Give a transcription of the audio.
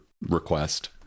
request